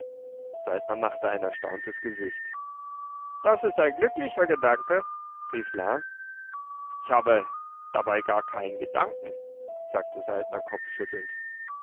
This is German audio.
saltner machte ein erstauntes gesicht das ist ein glücklicher gedanke rief la ich habe dabei gar keinen gedanken sagte saltner kopfschüttelnd